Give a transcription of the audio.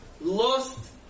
lost